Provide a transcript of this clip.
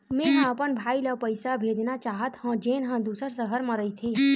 मेंहा अपन भाई ला पइसा भेजना चाहत हव, जेन हा दूसर शहर मा रहिथे